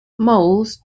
moles